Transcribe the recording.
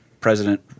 president